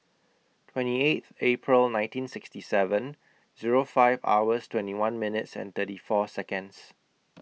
twenty eight April nineteen sixty seven Zero five hours twenty one minutes and thirty four Seconds